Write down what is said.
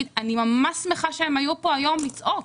שאני ממש שמחה שהם היו כאן היום לצעוק.